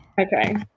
Okay